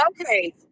Okay